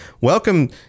Welcome